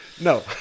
no